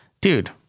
Dude